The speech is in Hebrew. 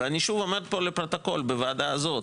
ושוב אני אומר לפרוטוקול בוועדה הזו,